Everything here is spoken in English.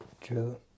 True